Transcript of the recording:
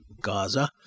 Gaza